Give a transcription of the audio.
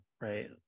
right